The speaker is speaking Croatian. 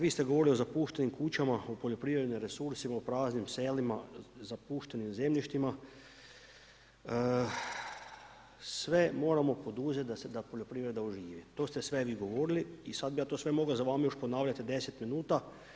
Vi ste govorili o zapuštenim kućama, o poljoprivrednim resursima, o praznim selima, zapuštenim zemljištima, sve moramo poduzeti da se poljoprivreda oživi, to ste sve vi govorili i sad bi ja to mogao sve za vama još ponavljati 10 minuta.